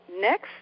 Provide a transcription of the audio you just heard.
next